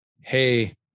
hey